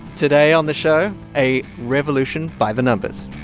today on the show, a revolution by the numbers